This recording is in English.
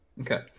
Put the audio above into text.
Okay